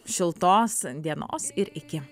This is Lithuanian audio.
šiltos dienos ir iki